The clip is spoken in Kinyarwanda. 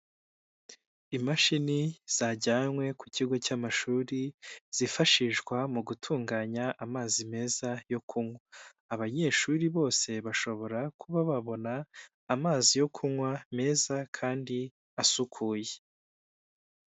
Imashini zajyanywe ku kigo cy'amashuri, zifashishwa mu gutunganya amazi meza yo kunywa. Abanyeshuri bose bashobora kuba babona amazi yo kunywa meza kandi asukuye.